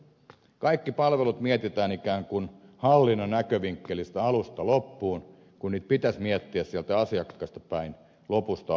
kaikki palvelut mietitään ikään kuin hallinnon näkövinkkelistä alusta loppuun kun niitä pitäisi miettiä sieltä asiakkaasta päin lopusta alkuun